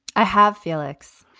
i have, felix.